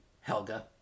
Helga